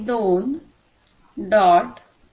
4 मानक आहे